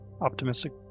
optimistic